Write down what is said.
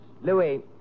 Louis